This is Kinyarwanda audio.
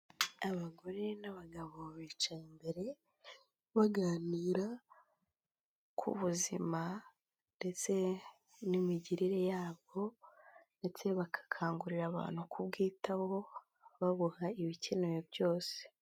Abagore n'abagabo bicaye imbere baganira ku buzima ndetse n'imigirire yabwo ndetse ba bagakangurira abantu kubwitaho babuha ibikenewe byose.